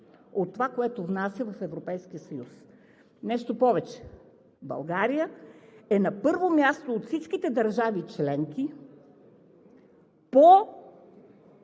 от това, което внася в Европейския съюз. Нещо повече, България е на първо място от всичките държави членки, по